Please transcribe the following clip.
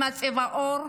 עם צבע העור,